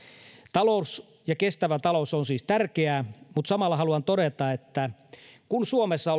talous ja kestävä talous on siis tärkeää mutta samalla haluan todeta että kun suomessa